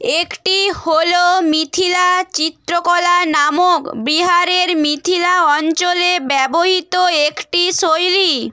একটি হলো মিথিলা চিত্রকলা নামক বিহারের মিথিলা অঞ্চলে ব্যবহৃত একটি শৈলী